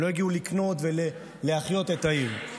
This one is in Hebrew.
הם לא הגיעו לקנות ולהחיות את העיר.